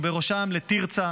ובראשם לתרצה,